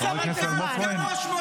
אתם השארתם אותו.